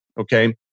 okay